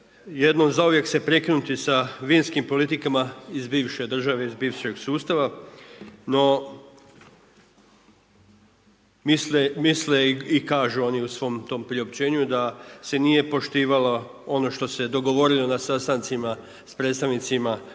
jednom zauvijek se prekinuti sa vinskim politikama iz bivše države, iz bivšeg sustava. No, misle i kažu oni u svom tom priopćenju da se nije poštivalo ono što se dogovorilo na sastancima sa predstavnicima proizvođača